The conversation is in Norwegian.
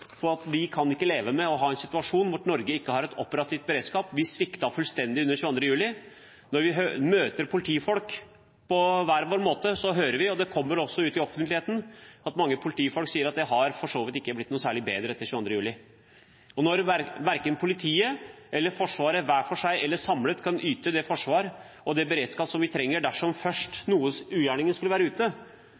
vi kan ikke leve med å ha en situasjon hvor Norge ikke har operativ beredskap. Vi sviktet fullstendig den 22. juli. Når vi, hver på vår måte, møter politifolk, hører vi – det kommer også ut i offentligheten – mange si at det ikke har blitt noe særlig bedre etter 22. juli. Når politiet og Forsvaret verken hver for seg eller samlet kan yte det forsvaret og den beredskapen vi trenger dersom ugjerningen først skulle være ute,